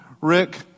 Rick